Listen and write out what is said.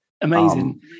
amazing